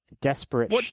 Desperate